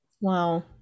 wow